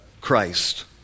Christ